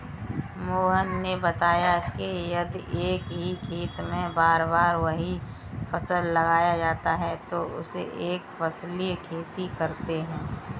मोहन ने बताया कि यदि एक ही खेत में बार बार वही फसल लगाया जाता है तो उसे एक फसलीय खेती कहते हैं